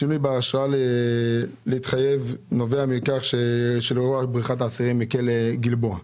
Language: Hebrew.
השינוי בהרשאה להתחייב נובע לאור בריחת האסירים מכלא גלבוע.